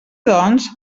doncs